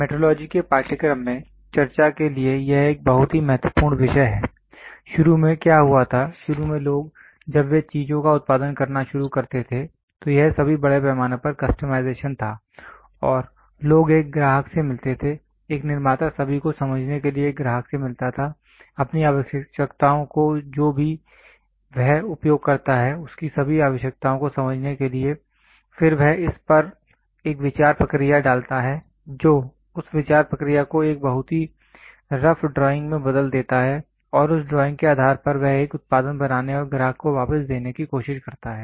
metrology के पाठ्यक्रम में चर्चा के लिए यह एक बहुत ही महत्वपूर्ण विषय है शुरू में क्या हुआ था शुरू में लोग जब वे चीजों का उत्पादन करना शुरू करते थे तो यह सभी बड़े पैमाने पर कस्टमाइजेशन था और लोग एक ग्राहक से मिलते थे एक निर्माता सभी को समझने के लिए एक ग्राहक से मिलता था अपनी आवश्यकताओं को जो भी वह उपयोग करता है उसकी सभी आवश्यकताओं को समझने के लिए फिर वह इस पर एक विचार प्रक्रिया डालता है जो उस विचार प्रक्रिया को एक बहुत ही रफ ड्राइंग में बदल देता है और उस ड्राइंग के आधार पर वह एक उत्पाद बनाने और ग्राहक को वापस देने की कोशिश करता है